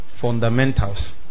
fundamentals